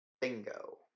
Bingo